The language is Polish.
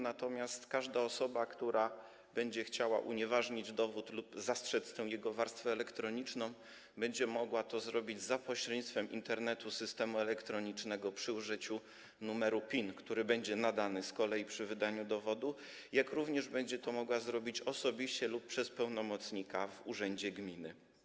Natomiast każda osoba, która będzie chciała unieważnić dowód lub zastrzec jego warstwę elektroniczną, będzie mogła to zrobić za pośrednictwem Internetu, systemu elektronicznego, przy użyciu numeru PIN, który z kolei będzie nadany przy wydaniu dowodu, jak również będzie mogła to zrobić osobiście lub przez pełnomocnika w urzędzie gminy.